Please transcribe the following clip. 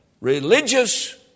Religious